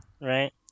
right